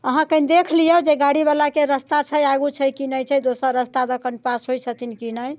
अहाँ कनि देख लिऔ जे गाड़ीवलाके रस्ता छै आगू छै कि नहि छै दोसर रस्ता दऽ कऽ पास होइ छथिन कि नहि